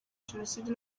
jenoside